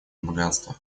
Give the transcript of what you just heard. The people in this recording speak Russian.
богатство